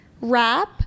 wrap